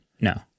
No